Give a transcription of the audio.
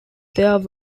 there